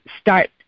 start –